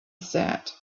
said